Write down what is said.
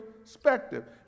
perspective